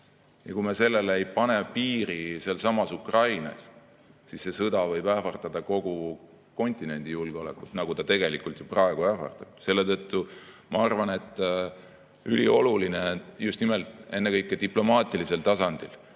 Ja kui me sellele ei pane piiri sealsamas Ukrainas, siis see sõda võib ähvardada kogu kontinendi julgeolekut, nagu ta tegelikult ju praegu ähvardab. Selle tõttu ma arvan, et ülioluline on just nimelt ennekõike diplomaatilisel tasandil